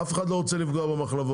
אף אחד לא רוצה לפגוע במחלבות,